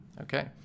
Okay